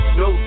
no